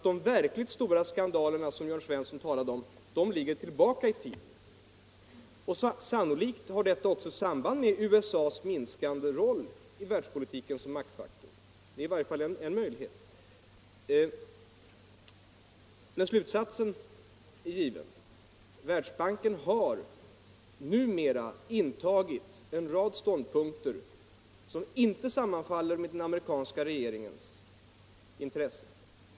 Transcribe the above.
De verkligt stora skandalerna som Jörn Svensson talade om ligger längre tillbaka i tiden. Men slutsatsen är given. Världsbanken har numera intagit en rad ståndpunkter som inte sammanfaller med den amerikanska regeringens intressen.